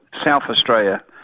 south australia,